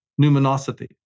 numinosity